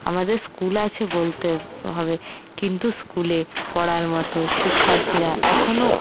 আমাদের স্কুল আছে বলতে হবে কিন্তু স্কুলে পড়ার মত শিক্ষার্থীরা এখনও